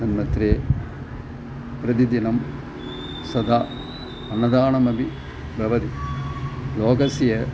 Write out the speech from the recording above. तन्मध्ये प्रतिदिनं सदा अन्नदानमपि भवति योगस्य